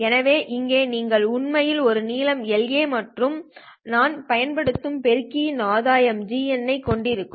எனவே இங்கே நீங்கள் உண்மையில் ஒரு நீளம் La மற்றும் நான் பயன்படுத்தும்பெருக்கி இன் ஆதாயம் GN ஐ கொண்டிருக்கும்